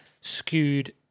skewed